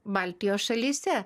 baltijos šalyse